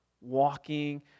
walking